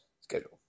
schedule